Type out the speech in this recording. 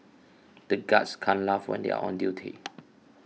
the guards can't laugh when they are on duty